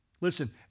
Listen